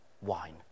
wine